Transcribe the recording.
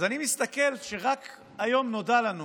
אז אני מסתכל, ורק היום נודע לנו